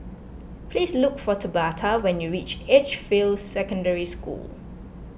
please look for Tabatha when you reach Edgefield Secondary School